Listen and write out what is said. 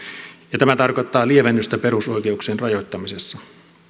ja tämä tarkoittaa lievennystä perusoikeuksien rajoittamisessa